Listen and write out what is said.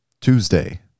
Tuesday